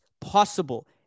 possible